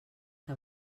que